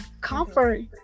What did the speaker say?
comfort